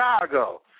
Chicago